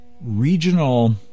regional